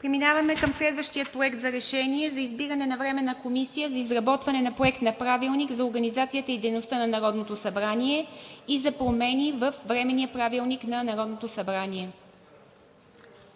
Преминаваме към следващия проект за решение – за избиране на Временна комисия за изработване на проект на Правилник за организацията и дейността на Народното събрание и за промени във временния Правилник на Народното събрание.